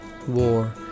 war